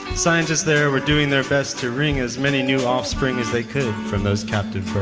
scientists there were doing their best to ring as many new offspring as they could from those captive birds.